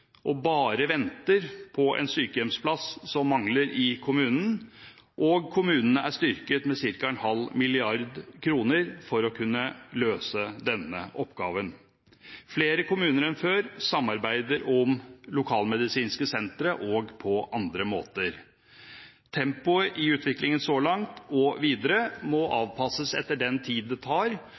og bare venter på en sykehjemsplass som mangler i kommunen, og kommunene er styrket med ca. 0,5 mrd. kr for å kunne løse denne oppgaven. Flere kommuner enn før samarbeider om lokalmedisinske sentre og på andre måter. Tempoet i utviklingen så langt og videre må avpasses etter den tid det tar